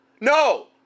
No